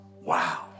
Wow